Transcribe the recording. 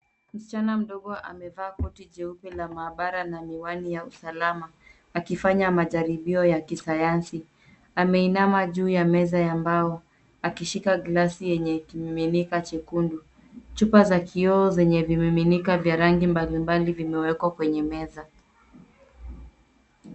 Msichana mdogo amevaa koti jeupe la maabara na miwani ya usalama akifanya majaribio ya kisayansi. Ameinama juu ya meza ya mbao akishika glasi yenye kimiminika chekundu. Chupa za kioo zenye vimiminika vya rangi mbalimbali vimewekwa kwenye meza.